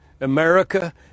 America